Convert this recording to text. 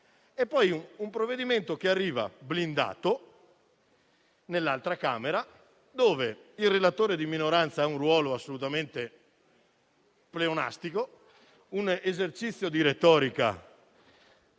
e poi il provvedimento arriva blindato nell'altra Camera, dove il relatore di minoranza ha un ruolo assolutamente pleonastico; fa un esercizio di retorica